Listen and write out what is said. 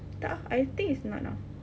tak ah I think it's not ah